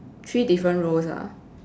three different roles ah